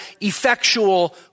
effectual